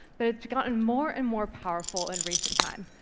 but it's gotten more and more powerful in recent time.